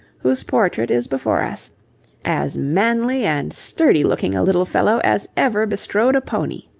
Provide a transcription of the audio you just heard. whose portrait is before us as manly and sturdy looking a little fellow as ever bestrode a pony.